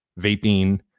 vaping